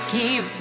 keep